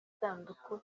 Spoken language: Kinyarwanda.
isanduku